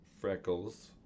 Freckles